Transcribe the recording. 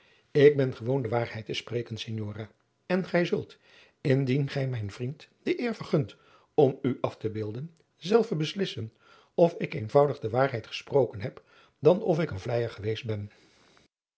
ik ben gewoon de waarheid te spreken signora en gij zult indien gij mijn vriend de eer vergunt om u af te beelden zelve beslissen of ik eenvoudig de waarheid gesproken heb dan of ik een vleijer geweest ben